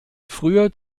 früher